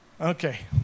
Okay